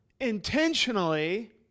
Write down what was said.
intentionally